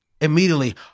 immediately